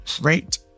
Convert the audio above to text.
great